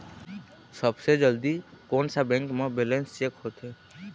सबसे जल्दी कोन सा बैंक म बैलेंस चेक होथे?